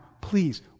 please